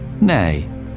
Nay